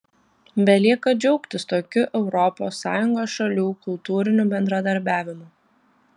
belieka džiaugtis tokiu europos sąjungos šalių kultūriniu bendradarbiavimu